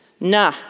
Nah